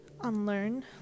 unlearn